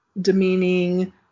demeaning